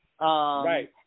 Right